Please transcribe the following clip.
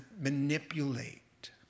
manipulate